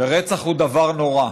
ורצח הוא דבר נורא.